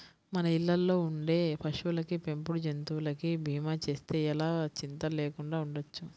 మన ఇళ్ళల్లో ఉండే పశువులకి, పెంపుడు జంతువులకి భీమా చేస్తే ఎలా చింతా లేకుండా ఉండొచ్చు